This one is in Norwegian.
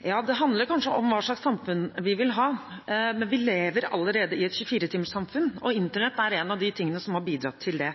Ja, det handler kanskje om hva slags samfunn vi vil ha, men vi lever allerede i et 24-timerssamfunn, og Internett er en av de tingene som har bidratt til det.